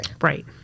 Right